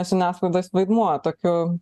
žiniasklaidos vaidmuo tokiu